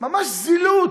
ממש זילות.